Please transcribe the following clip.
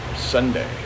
Sunday